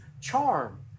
charm